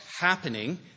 happening